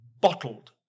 bottled